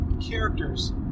characters